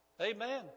Amen